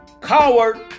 coward